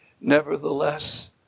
Nevertheless